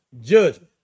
judgment